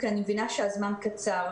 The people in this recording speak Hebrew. כי אני מבינה שהזמן קצר.